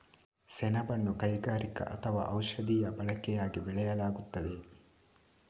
ಸೆಣಬನ್ನು ಕೈಗಾರಿಕಾ ಅಥವಾ ಔಷಧೀಯ ಬಳಕೆಯಾಗಿ ಬೆಳೆಯಲಾಗುತ್ತದೆ